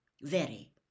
Very